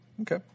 Okay